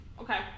Okay